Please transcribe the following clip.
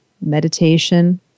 meditation